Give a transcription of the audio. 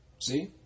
See